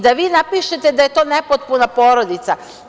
Da vi napišete da je to nepotpuna porodica.